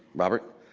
robert,